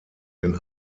den